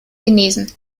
genesen